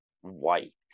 white